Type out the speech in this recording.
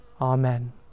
Amen